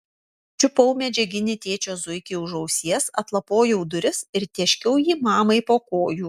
čiupau medžiaginį tėčio zuikį už ausies atlapojau duris ir tėškiau jį mamai po kojų